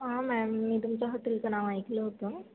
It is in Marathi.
हां मॅम मी तुमच्या हॉटेलचं नाव ऐकलं होतं